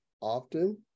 often